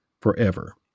forever